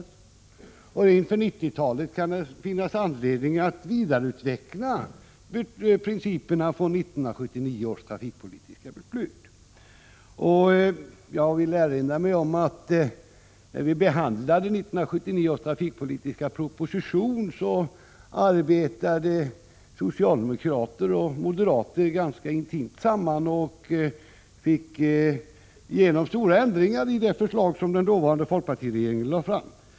Inför 1990-talet kan det finnas anledning att vidareutveckla principerna från 1979 års trafikpolitiska beslut. Jag vill minnas att socialdemokrater och moderater hade ett ganska intimt samarbete när 1979 års trafikpolitiska proposition behandlades. Vi fick igenom stora ändringar i det förslag som den dåvarande folkpartiregeringen lade fram.